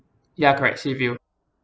ya correct sea view